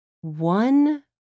one